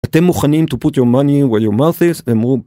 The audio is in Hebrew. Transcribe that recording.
אתם מוכנים to put your money where your mouth is והם אמרו